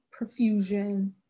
perfusion